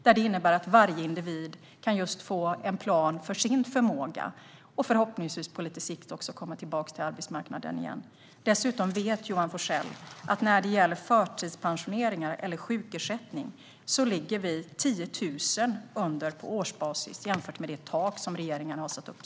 Dessa innebär att varje individ kan få en plan för sin förmåga och förhoppningsvis på sikt komma tillbaka till arbetsmarknaden igen. Johan Forssell vet att när det gäller förtidspensioneringar eller sjukersättning ligger vi dessutom 10 000 under på årsbasis jämfört med det maxtak som regeringen har satt upp.